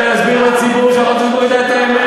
אני אסביר לציבור שאנחנו אומרים פה את האמת,